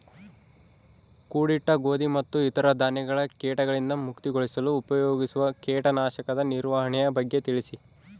ಕೂಡಿಟ್ಟ ಗೋಧಿ ಮತ್ತು ಇತರ ಧಾನ್ಯಗಳ ಕೇಟಗಳಿಂದ ಮುಕ್ತಿಗೊಳಿಸಲು ಉಪಯೋಗಿಸುವ ಕೇಟನಾಶಕದ ನಿರ್ವಹಣೆಯ ಬಗ್ಗೆ ತಿಳಿಸಿ?